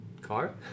car